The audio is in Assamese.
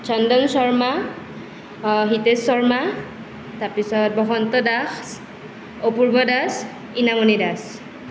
চন্দন শৰ্মা হিতেশ শৰ্মা তাৰপিছত বসন্ত দাস অপূৰ্ব দাস ইনামণি দাস